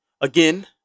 again